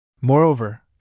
Moreover